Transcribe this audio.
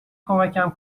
کمکم